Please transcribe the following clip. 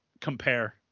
compare